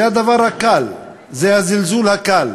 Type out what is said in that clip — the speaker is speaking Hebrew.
זה הדבר הקל, זה הזלזול הקל,